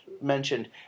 mentioned